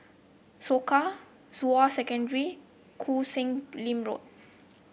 Soka Zhonghua Secondary Koh Sek Lim Road